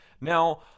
Now